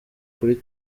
kuri